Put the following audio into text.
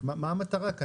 אז מה המטרה כאן?